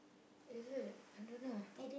is it I don't know